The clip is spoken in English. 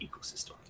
ecosystem